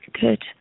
Good